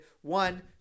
one